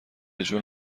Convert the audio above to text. جون